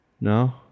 No